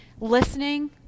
Listening